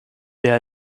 wer